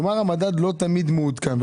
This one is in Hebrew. כלומר, המדד לא תמיד מעודכן.